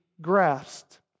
grasped